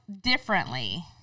differently